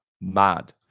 Mad